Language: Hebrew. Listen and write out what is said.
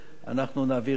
נעביר את זה בפעם אחת.